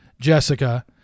Jessica